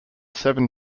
seven